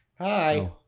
hi